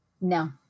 no